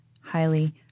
Highly